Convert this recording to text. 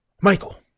Michael